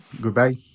Goodbye